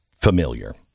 familiar